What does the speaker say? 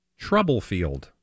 Troublefield